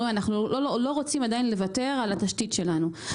אומרים שהם לא רוצים עדיין לוותר על התשתית שלהם.